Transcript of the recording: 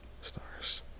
Stars